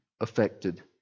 affected